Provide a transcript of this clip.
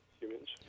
humans